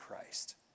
Christ